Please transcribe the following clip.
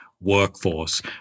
workforce